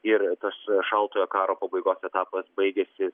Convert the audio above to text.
ir tas šaltojo karo pabaigos etapas baigėsi